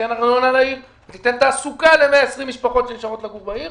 תיתן ארנונה לעיר ותיתן תעסוקה ל-120 משפחות שנשארות לגור בעיר.